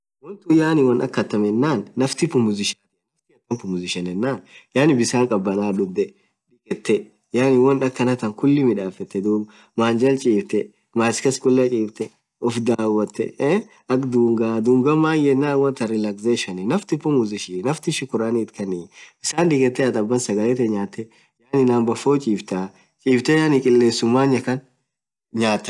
wonthun yaani wonn akhatham yenen nafthi pumzishetia naftii athamm pumzishen yenen yaani bisan khabana dhudhe bisan khabana dhikhethe yaani won akhanathaa khulii midhafetthe dhub manyaa jalchifthe masaa kas khulaa chftee ufdhawothee heee akhadhunga dhungan maaan yenen wonthan relaxisation naftii pumzishiii nafthii shukurani itkhanii bisan dhikhethe ath abann sagale thee nyathe maaenan bhafoo chiftha chifthee qilesun manyaa khan nyathaaa